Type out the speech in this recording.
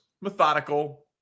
methodical